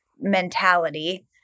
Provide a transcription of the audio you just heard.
mentality